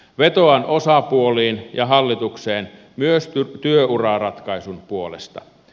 vetoan osapuoliin ja hallitukseen myös työuraratkaisun puolesta